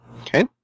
Okay